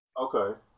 okay